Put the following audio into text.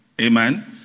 Amen